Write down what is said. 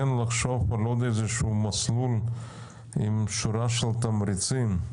הייתי מציע כן לחשוב על עוד איזשהו מסלול עם שורה של תמריצים.